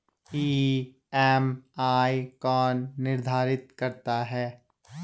EMI कौन निर्धारित करता है?